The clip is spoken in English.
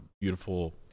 beautiful